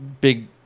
big